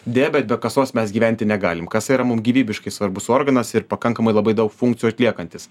deja bet be kasos mes gyventi negalim kasa yra mum gyvybiškai svarbus organas ir pakankamai labai daug funkcijų atliekantis